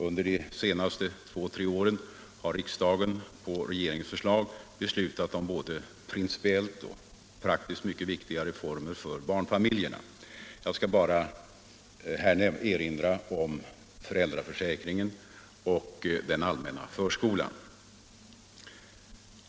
Under de senaste två tre åren har riksdagen på regeringens förslag beslutat om både principiellt och praktiskt mycket viktiga reformer för barnfamiljerna. Jag vill här bara erinra om föräldraförsäkringen och den allmänna förskolan.